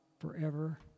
forever